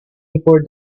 before